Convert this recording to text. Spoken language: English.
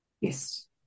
Yes